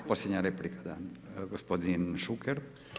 Da, posljednja replika gospodin Šuker.